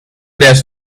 days